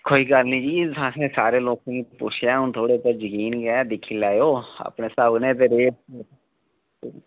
कोई गल्ल नीं तुसें सारें लोकें गी तुसें उन थोहाड़े पर जकीन गै दिक्खी लैओ अपने साह्ब कन्नै करेओ